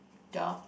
dog